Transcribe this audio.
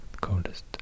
Coldest